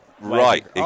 right